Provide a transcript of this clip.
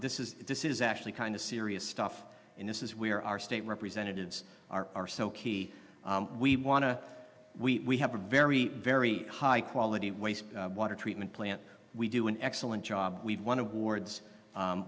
this is this is actually kind of serious stuff and this is where our state representatives are are so key we want to we have a very very high quality waste water treatment plant we do an excellent job we've won awards